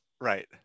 Right